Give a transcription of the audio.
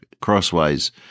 crosswise